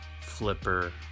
flipper